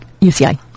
UCI